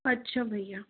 अच्छा भईया